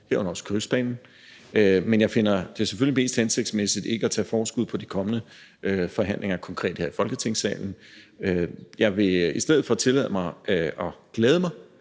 herunder også Kystbanen, men jeg finder det selvfølgelig mest hensigtsmæssigt ikke at tage forskud på de kommende forhandlinger konkret her i Folketingssalen. Jeg vil i stedet tillade mig at glæde mig